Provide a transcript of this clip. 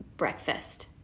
breakfast